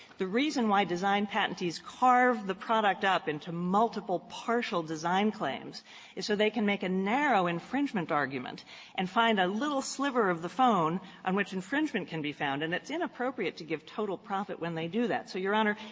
the reason why design patencies carve the product up into multiple partial design claims is so they can make a narrow infringement argument and find a little sliver of the phone on which infringement can be found, and it's inappropriate to give total profit when they do that. so, your honor,